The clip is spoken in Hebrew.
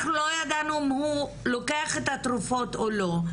אנחנו לא ידענו אם הוא לוקח את התרופות או לא.